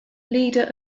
leader